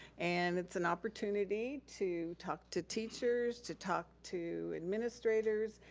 and it's an opportunity to talk to teachers, to talk to administrators,